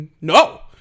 No